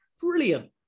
brilliant